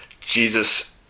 Jesus